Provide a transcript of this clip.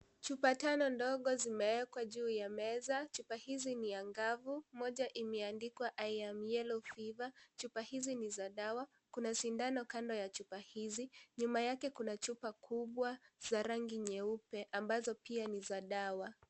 Chupa tano ndogo zimeweka juu ya meza. Chupa hizi ni angavu moja imeandikwa i am yellow fever .Chupa hizi ni za dawa. Kuna sindano kando ya chupa hizi, nyuma yake kuna chupa kubwa za rangi nyeupe ambazo pia ni za dawa.